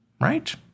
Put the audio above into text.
right